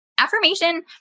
Affirmation